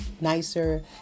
nicer